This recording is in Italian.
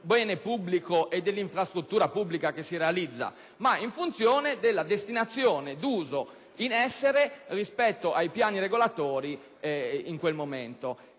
bene e dell'infrastruttura pubbliche che si realizzano, ma in funzione della destinazione d'uso in essere rispetto ai piani regolatori in quel momento.